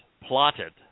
plotted